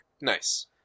Nice